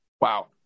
Wow